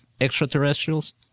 extraterrestrials